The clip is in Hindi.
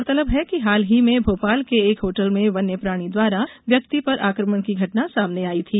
गौरतलब है कि हाल ही में भोपाल के एक होटल में वन्य प्राणी द्वारा व्यक्ति पर आक्रमण की घटना सामने आई थी